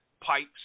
Pipes